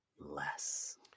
less